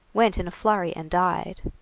went in a flurry and died.